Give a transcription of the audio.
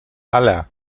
hala